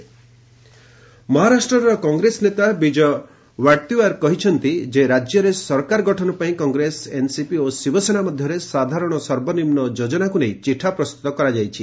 ମହା ପଲିଟିକୁ ମହାରାଷ୍ଟ୍ରର କଂଗ୍ରେସ ନେତା ବିଜୟ ଓ୍ୱାଡେତିଓ୍ୱାର କହିଛନ୍ତି ଯେ ରାଜ୍ୟରେ ସରକାର ଗଠନ ପାଇଁ କଂଗ୍ରେସ ଏନ୍ସିପି ଓ ଶିବସେନା ମଧ୍ୟରେ ସାଧାରଣ ସର୍ବନିମ୍ନ ଯୋଜନାକୁ ନେଇ ଚିଠା ପ୍ରସ୍ତୁତ କରାଯାଇଛି